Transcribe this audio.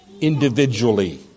individually